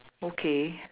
okay